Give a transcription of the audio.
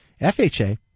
FHA